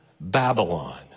Babylon